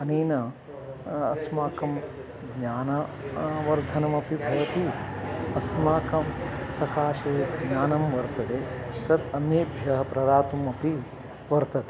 अनेन अस्माकं ज्ञान वर्धनमपि भवति अस्माकं सकाशे ज्ञानं वर्तते तत् अन्येभ्यः प्रदातुमपि वर्तते